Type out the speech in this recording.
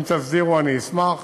אם תסדירו, אני אשמח.